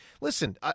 Listen